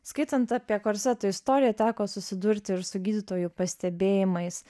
skaitant apie korseto istoriją teko susidurti ir su gydytojų pastebėjimais